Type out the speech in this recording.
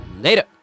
Later